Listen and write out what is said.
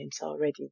already